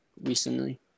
recently